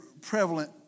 prevalent